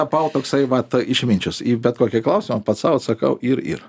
tapau toksai vat išminčius į bet kokį klausimą pats sau atsakau ir ir